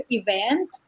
event